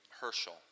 Herschel